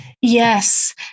Yes